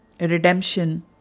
redemption